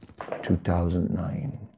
2009